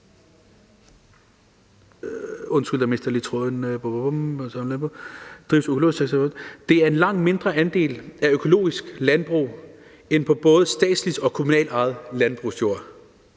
Det er en langt mindre andel økologisk landbrug end på både statsligt og kommunalt ejet landbrugsjord.